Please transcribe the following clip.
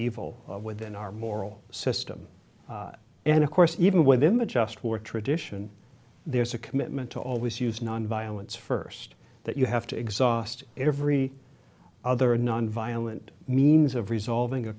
evil within our moral system and of course even within the just war tradition there's a commitment to always use nonviolence first that you have to exhaust every other nonviolent means of resolving a